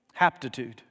haptitude